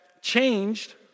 changed